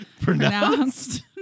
pronounced